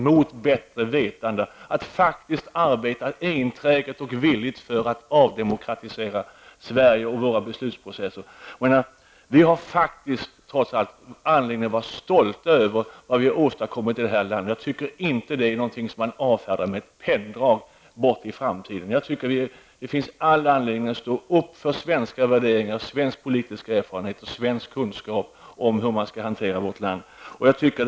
Man arbetar enträget och villigt mot bättre vetande för att avdemokratisera Sverige och våra beslutsprocesser. Trots allt har vi anledning att vara stolta över vad vi har åstadkommit i det här landet. Det är ingenting som man kan avfärda med ett penndrag. Det finns all anledning att stå upp inför svenska värderingar, svenska politiska erfarenheter och svensk kunskap om hur vårt land skall styras.